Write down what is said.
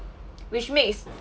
which makes